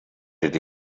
did